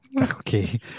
Okay